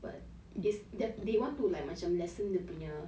but is that they want to like macam lessen dia punya